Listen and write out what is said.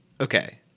okay